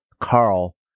Carl